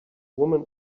woman